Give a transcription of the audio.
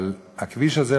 אבל הכביש הזה,